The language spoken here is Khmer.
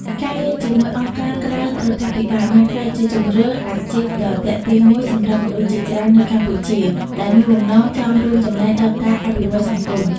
ការងារជាមួយ អង្គការក្រៅរដ្ឋាភិបាល បានក្លាយជាជម្រើសអាជីពដ៏ទាក់ទាញមួយសម្រាប់មនុស្សជាច្រើននៅកម្ពុជា ដែលមានបំណងចង់រួមចំណែកដល់ការអភិវឌ្ឍសង្គម។